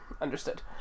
understood